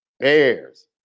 Bears